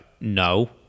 no